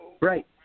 Right